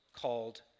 called